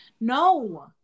No